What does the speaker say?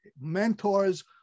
mentors